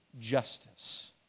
justice